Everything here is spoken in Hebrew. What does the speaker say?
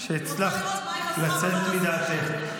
שהצלחת לצאת מדעתך.